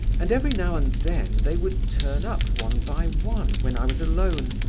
and every now and then they would turn up one by one when i was alone,